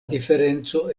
diferenco